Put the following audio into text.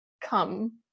come